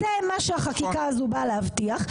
זה מה שהחקיקה הזו באה להבטיח,